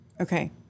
Okay